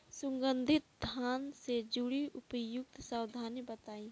सुगंधित धान से जुड़ी उपयुक्त सावधानी बताई?